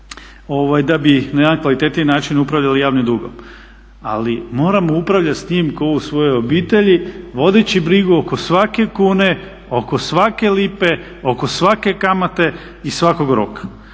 da bi na jedan kvalitetniji način upravljali javnim dugom. Ali moramo upravljati s njim kao u svojoj obitelji vodeći brigu oko svake kune, oko svake lipe, oko svake kamate i svakog roka.